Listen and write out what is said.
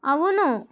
అవును